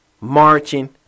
marching